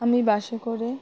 আমি বাসে করে